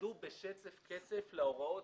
התנגדו בשצף קצף להוראות